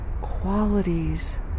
qualities